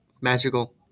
magical